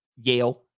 Yale